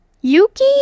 yuki